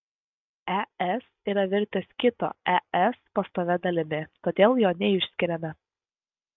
es yra virtęs kito es pastovia dalimi todėl jo neišskiriame